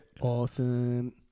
Awesome